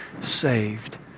saved